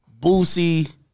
Boosie